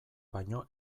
baino